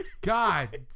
God